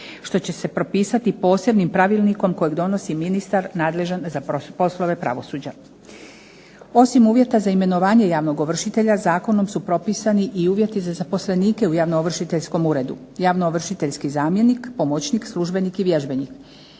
što će se propisati posebnim pravilnikom kojeg donosi ministar nadležan za poslove pravosuđa. Osim uvjeta za imenovanje javnog ovršitelja zakonom su propisani i uvjeti za zaposlenike u javno ovršiteljskom uredu. Javno ovršiteljski zamjenik, pomoćnik, službenik i vježbenik.